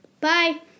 Bye